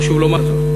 חשוב לומר זאת.